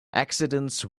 accidents